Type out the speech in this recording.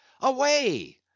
Away